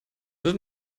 wirf